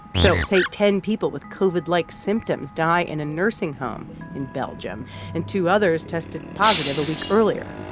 so say ten people with covid-like symptoms die in a nursing home in belgium and two others tested positive a week earlier.